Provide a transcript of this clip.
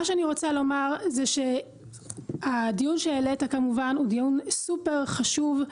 מה שאני רוצה לומר זה שהדיון שהעלית כמובן הוא דיון סופר חשוב,